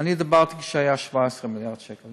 אני דיברתי כשהיו 17 מיליארד שקל.